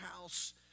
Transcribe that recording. house